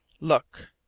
Look